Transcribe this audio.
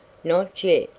not yet.